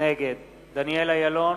נגד דניאל אילון,